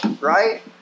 right